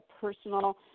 personal